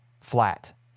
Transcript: flat